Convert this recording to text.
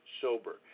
sober